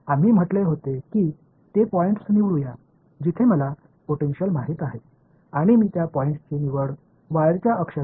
அந்த புள்ளிகளைத் தேர்ந்தெடுப்போம் என்று நாங்கள் கூறியிருந்தோம் அங்கு எனக்கு பொடன்ஸியல் தெரியும் அந்த புள்ளிகளை கம்பியின் அச்சிலேயே தேர்வு செய்தேன்